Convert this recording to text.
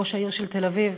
ראש העיר של תל אביב,